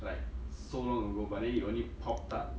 like so long ago but then it only popped up